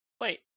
Wait